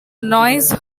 noise